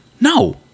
No